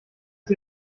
sie